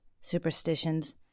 superstitions